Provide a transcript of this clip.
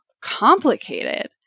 complicated